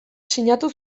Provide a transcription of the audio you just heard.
sinatu